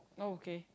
oh okay